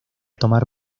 tomar